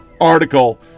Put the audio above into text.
Article